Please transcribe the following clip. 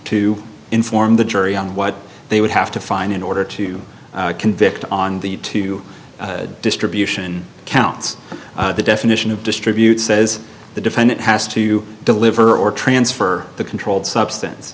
to inform the jury on what they would have to find in order to convict on the two distribution counts the definition of distribute says the defendant has to deliver or transfer the controlled substance